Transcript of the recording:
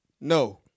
no